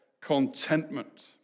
contentment